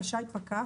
רשאי פקח,